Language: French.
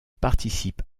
participe